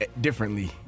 differently